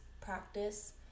practice